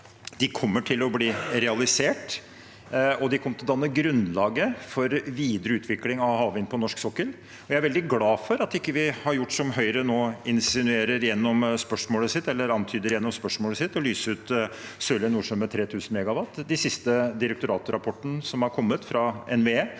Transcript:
De kommer til å bli realisert, og de kom mer til å danne grunnlaget for videre utvikling av havvind på norsk sokkel. Jeg er veldig glad for at vi ikke har gjort som Høyre nå insinuerer eller antyder gjennom spørsmålet, og lyst ut Sørlige Nordsjø med 3 000 MW. Den siste direktoratrapporten som har kommet fra NVE